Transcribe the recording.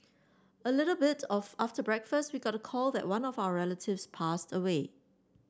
a little bit of after breakfast we got the call that one of our relatives passed away